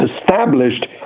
established